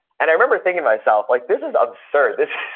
and i remember thinking myself like this is absurd. this